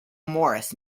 morris